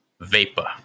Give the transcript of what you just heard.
vapor